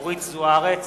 אורית זוארץ,